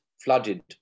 flooded